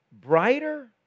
brighter